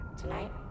Tonight